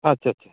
ᱟᱪᱷᱟ ᱟᱪᱷᱟ